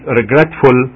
regretful